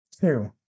Two